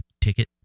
ticket